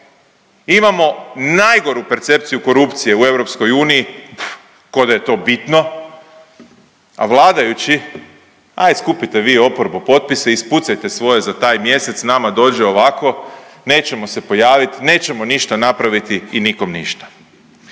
imamo najgoru percepciju korupcije u EU, koda je to bitno, a vladajući aje skupite vi oporbo potpise, ispucajte svoje za taj mjesec, nama dođe ovako, nećemo se pojavit, nećemo ništa napraviti i nikom ništa.